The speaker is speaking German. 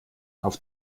auf